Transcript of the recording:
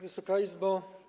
Wysoka Izbo!